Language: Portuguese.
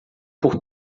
por